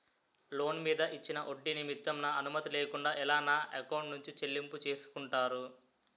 Loan మీద ఇచ్చిన ఒడ్డి నిమిత్తం నా అనుమతి లేకుండా ఎలా నా ఎకౌంట్ నుంచి చెల్లింపు చేసుకుంటారు?